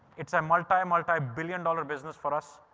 it's a multi multi billion dollar business for us.